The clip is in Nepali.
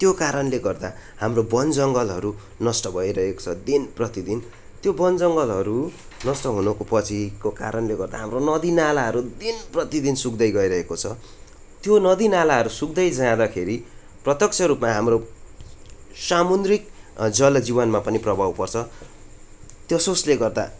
त्यो कारणले गर्दा हाम्रो वनजङ्गलहरू नष्ट भइरहेको छ दिन प्रतिदिन त्यो वनजङ्गलहरू नष्ट हुनुको पछिको कारणले गर्दा हाम्रो नदीनालाहरू दिन प्रतिदिन सुक्दै गइरहेको छ त्यो नदीनालाहरू सुक्दै जाँदाखेरि प्रतक्ष रूपमा हाम्रो सामुन्द्रिक जलजीवनमा पनि प्रभाव पर्छ त्यसोसले गर्दा